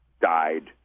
died